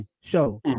show